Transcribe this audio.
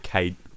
Kate